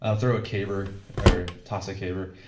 ah throw a caber or toss a caber,